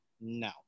No